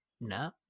No